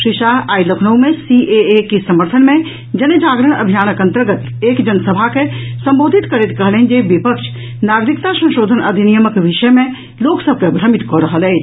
श्री शाह आइ लखनऊ मे सीएए के समर्थन मे जनजागरण अभियानक अंतर्गत एक जनसभा के संबोधित करैत कहलनि जे विपक्ष नगरिकता संशोधन अधिनियमक विषय मे लोक सभ के भ्रमित कऽ रहल अछि